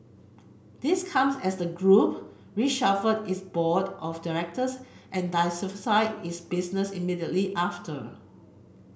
this comes as the group reshuffled its board of directors and diversified its business immediately after